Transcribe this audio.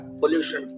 pollution